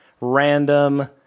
random